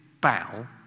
bow